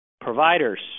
providers